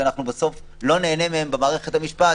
כשאנחנו בסוף לא נהנה מהם במערכת המשפט